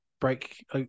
break